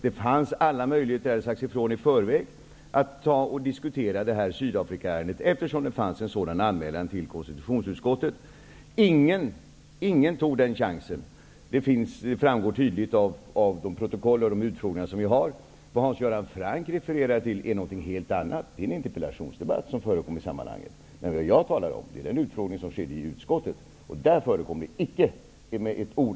Det fanns alla möjligheter -- det hade sagts ifrån i förväg -- att diskutera Sydafrikaärendet, eftersom det fanns en anmälan hos konstitutionsutskottet. Det var ingen som tog den chansen. Det framgår tydligt av de protokoll vi har från utfrågningar. Vad Hans Göran Franck refererar till är något helt annat. Det är en interpellationsdebatt som förekom i sammanhanget. Det jag talar om är den utfrågning som skedde i utskottet. Där berördes denna fråga icke med ett ord.